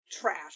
Trash